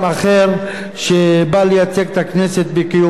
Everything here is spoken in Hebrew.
בקיומו של חבר כנסת מכהן בפועל.